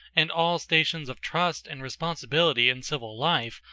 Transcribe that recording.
and all stations of trust and responsibility in civil life,